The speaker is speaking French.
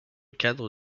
cadre